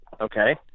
Okay